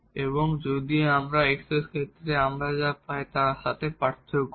এবং যদি আমরা x এর ক্ষেত্রে আমরা যা পাই তার সাথে পার্থক্য করি